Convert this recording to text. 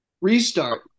Restart